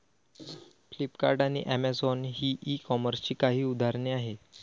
Flipkart आणि Amazon ही e कॉमर्सची काही उदाहरणे आहे